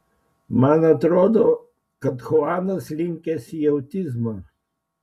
man atrodo kad chuanas linkęs į autizmą